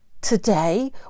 Today